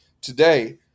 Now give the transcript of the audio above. today